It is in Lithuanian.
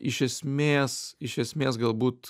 iš esmės iš esmės galbūt